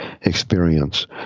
experience